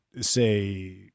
say